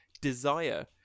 desire